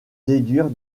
déduire